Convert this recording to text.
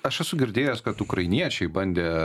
aš esu girdėjęs kad ukrainiečiai bandė